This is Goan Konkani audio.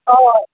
हय